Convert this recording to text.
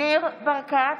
ברקת,